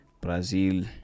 Brazil